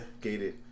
gated